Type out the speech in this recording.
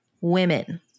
women